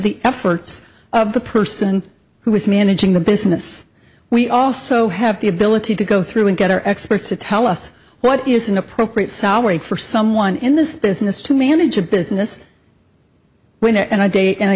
the efforts of the person who is managing the business we also have the ability to go through and get our experts to tell us what is an appropriate salary for someone in this business to manage a business when to and i date